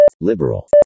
liberal